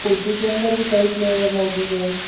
کلفی کے اندر بھی کئی فلیور موجود ہیں